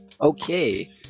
Okay